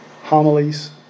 homilies